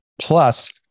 Plus